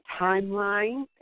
timeline